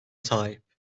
sahip